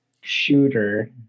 shooter